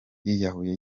yiyahuye